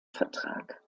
vertrag